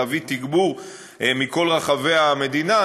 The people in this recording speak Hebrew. להביא תגבור מכל רחבי המדינה,